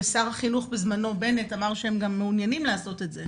ושר החינוך בזמנו בנט אמר שהם גם מעוניינים לעשות את זה,